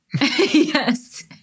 Yes